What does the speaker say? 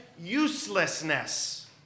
uselessness